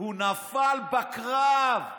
הוא נפל בקרב.